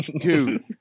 dude